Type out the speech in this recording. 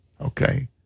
okay